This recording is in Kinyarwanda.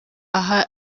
aho